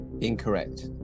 Incorrect